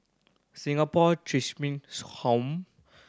Singapore Home